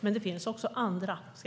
Men det finns också andra.